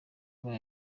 abaye